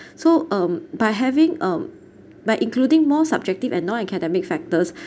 so um by having um by including more subjective and non-academic factors